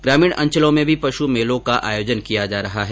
ग्रामीण अंचलों में भी पशु मेलों का आयोजन किया जा रहा है